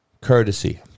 courtesy